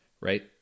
right